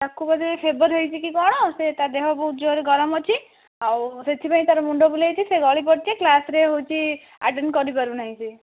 ତାକୁ ବୋଧେ ଫେବର ହୋଇଛି କି କଣ ସେ ତାଦେହ ବହୁତ ଜୋରରେ ଗରମ ଅଛି ଆଉ ସେଥିପାଇଁ ତାର ମୁଣ୍ଡ ବୁଲାଇଛି ସେ ଗଳିପଡ଼ିଛି କ୍ଲାସରେ ହଉଛି ଆଟେଣ୍ଡ କରିପାରୁନାହିଁ ସେ